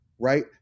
Right